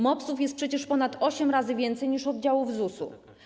MOPS-ów jest przecież ponad osiem razy więcej niż oddziałów ZUS-u.